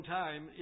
time